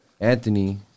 Anthony